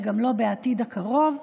וגם לא בעתיד הקרוב,